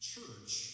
Church